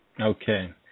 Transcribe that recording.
Okay